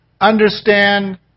understand